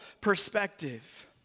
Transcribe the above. perspective